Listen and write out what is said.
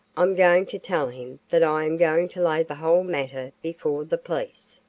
i'm going to tell him that i am going to lay the whole matter before the police.